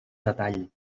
detall